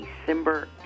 December